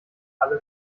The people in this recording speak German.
alle